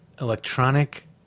electronic